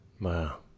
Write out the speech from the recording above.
Wow